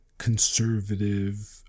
conservative